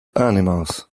animals